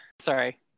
Sorry